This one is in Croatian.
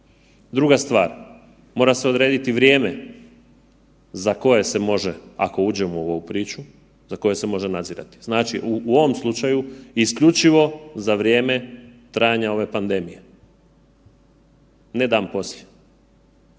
Druga stvar, mora se odrediti vrijeme za koje se može, ako uđemo u ovu priču, za koje se može nadzirati. Znači u ovom slučaju isključivo za vrijeme trajanja ove pandemije, ne dan poslije,